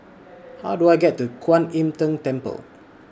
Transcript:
How Do I get to Kuan Im Tng Temple